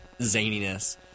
zaniness